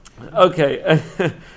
Okay